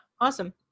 Awesome